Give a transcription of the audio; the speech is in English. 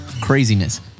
Craziness